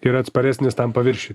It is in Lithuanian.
ir atsparesnis tam paviršiui